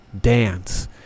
dance